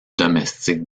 domestique